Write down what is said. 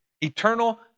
Eternal